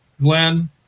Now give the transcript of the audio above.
Glenn